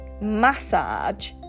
massage